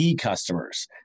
customers